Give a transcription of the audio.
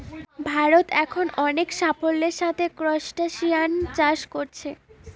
ভারত এখন অনেক সাফল্যের সাথে ক্রস্টাসিআন চাষ কোরছে